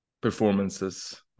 performances